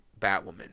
Batwoman